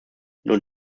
nur